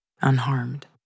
unharmed